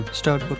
start